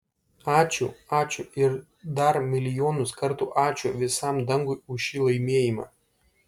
ačiū ačiū ir dar milijonus kartų ačiū visam dangui už šį laimėjimą